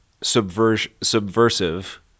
subversive